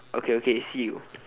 okay okay see you